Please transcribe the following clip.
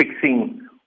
fixing